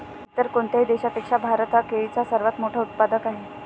इतर कोणत्याही देशापेक्षा भारत हा केळीचा सर्वात मोठा उत्पादक आहे